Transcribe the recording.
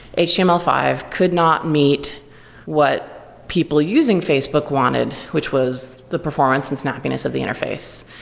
h t m l five could not meet what people using facebook wanted, which was the performance and snappiness of the interface,